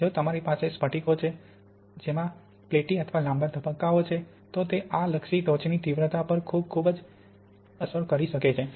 જો તમારી પાસે સ્ફટિકો છે જેમાં પ્લેટી અથવા લાંબા તબક્કાઓ છે તો તે આ લક્ષી ટોચની તીવ્રતા પર ખૂબ ખૂબ જ મજબૂત અસર કરી શકે છે